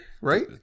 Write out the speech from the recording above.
right